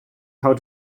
how